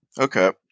Okay